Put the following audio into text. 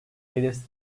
belirsiz